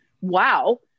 Wow